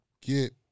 get